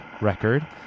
record